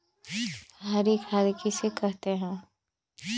हरी खाद किसे कहते हैं?